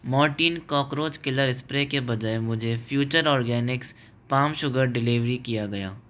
Mortein cockroach killer spray के बजाय मुझे Future Organics palm sugar deliver किया गया